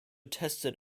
tested